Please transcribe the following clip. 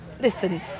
listen